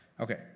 Okay